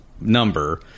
number